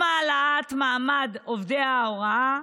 עם העלאת מעמד עובדי ההוראה,